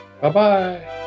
Bye-bye